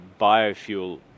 biofuel